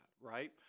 right